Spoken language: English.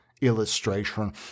illustration